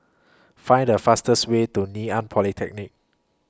Find The fastest Way to Ngee Ann Polytechnic